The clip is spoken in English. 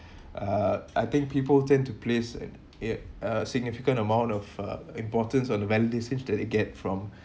uh I think people tend to place a uh uh significant amount of uh importance on the validation that they get from